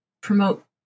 promote